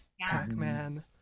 Pac-Man